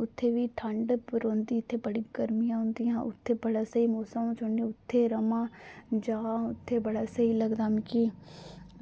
उत्थै बी ठंड रौंहदी इत्थै बड़ी गर्मियां होंदियां उत्थै बड़ा स्हेई मौसम मन करदा उत्थै रवां जां उत्थै बड़ा स्हेई लगदा मिगी